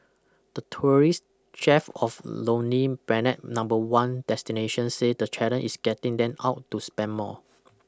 the tourist chef of Lonely Planet number one destination say the challenge is getting them out to spend more